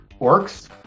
Orcs